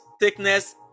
thickness